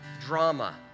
drama